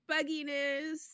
bugginess